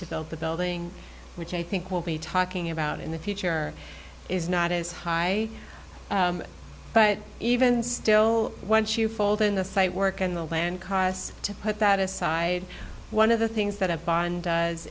to build the building which i think we'll be talking about in the future is not as high but even still once you fold in the site work and the land costs to put that aside one of the things that a bond